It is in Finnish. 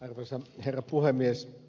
arvoisa herra puhemies